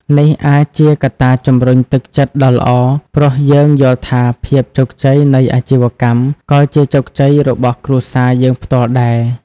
នេះអាចជាកត្តាជំរុញទឹកចិត្តដ៏ល្អ ព្រោះយើងយល់ថាភាពជោគជ័យនៃអាជីវកម្មក៏ជាជោគជ័យរបស់គ្រួសារយើងផ្ទាល់ដែរ។